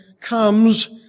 comes